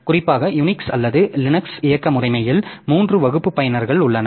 குறிப்பாக யூனிக்ஸ் அல்லது லினக்ஸ் இயக்க முறைமையில் மூன்று வகுப்பு பயனர்கள் உள்ளனர்